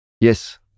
Yes